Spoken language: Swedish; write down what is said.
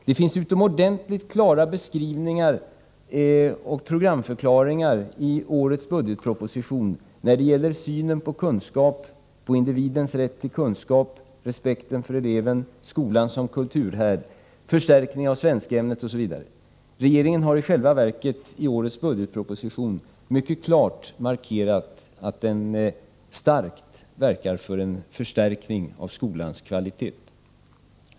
Det finns utomordentligt klara beskrivningar och programförklaringar i årets budgetproposition när det gäller synen på kunskap, individens rätt till kunskap, respekten för eleven, skolan som kulturhärd, förstärkning av svenskämnet osv. Regeringen har i själva verket i årets budgetproposition mycket klart markerat att den med kraft verkar för en förstärkning av skolans kvalitet.